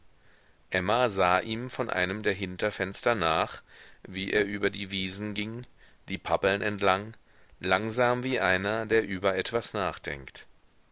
emma sah ihm von einem der hinterfenster nach wie er über die wiesen ging die pappeln entlang langsam wie einer der über etwas nachdenkt